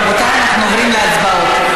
רבותיי, אנחנו עוברים להצבעות.